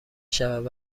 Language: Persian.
شود